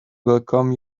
welcome